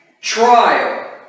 trial